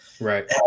Right